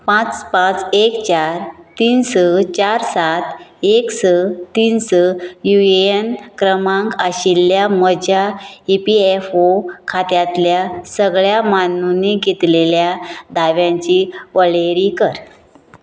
पांच पांच एक चार तीन स चार सात एक स तीन स युएएन क्रमांक आशिल्ल्या म्हज्या इपीएफओ खात्यांतल्या सगळ्या मानुनी घेतलेल्या दाव्यांची वळेरी कर